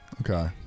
Okay